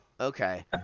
Okay